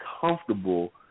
comfortable